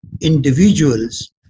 individuals